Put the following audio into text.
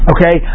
Okay